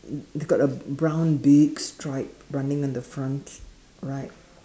it's got a brown big stripe running on the front right